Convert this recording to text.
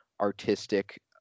artistic